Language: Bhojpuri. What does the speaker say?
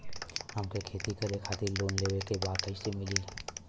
हमके खेती करे खातिर लोन लेवे के बा कइसे मिली?